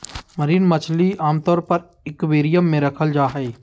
marine मछली आमतौर पर एक्वेरियम मे रखल जा हई